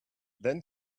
then